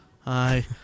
hi